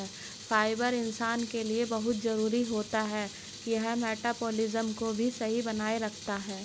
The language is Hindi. फाइबर इंसान के लिए बहुत जरूरी होता है यह मटबॉलिज़्म को भी सही बनाए रखता है